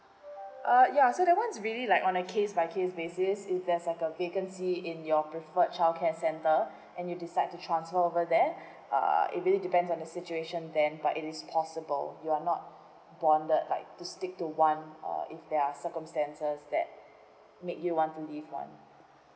uh ya so that one is really like on a case by case basis is there's a vacancy in your preferred childcare centre and you decide to transfer over there uh it really depends on the situation then but it is possible you're not bonded like to stick to one uh if there are circumstances that make you want to leave one